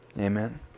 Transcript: Amen